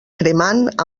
cremant